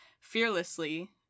fearlessly